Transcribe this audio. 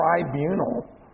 tribunal